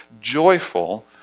joyful